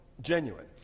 genuine